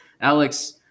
alex